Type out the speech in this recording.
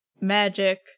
magic